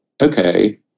okay